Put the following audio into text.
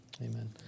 amen